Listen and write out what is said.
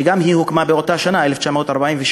שגם היא הוקמה באותה שנה, 1948,